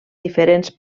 diferents